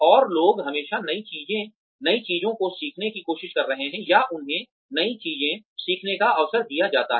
और लोग हमेशा नई चीजों को सीखने की कोशिश कर रहे हैं या उन्हें नई चीजें सीखने का अवसर दिया जाता है